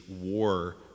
war